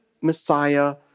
Messiah